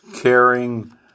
caring